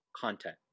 content